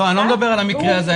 אני לא מדבר על המקרה הזה.